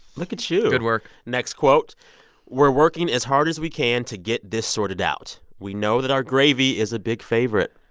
look at you good work next quote we're working as hard as we can to get this sorted out. we know that our gravy is a big favorite.